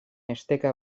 esteka